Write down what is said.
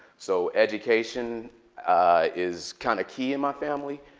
so education is kind of key in my family.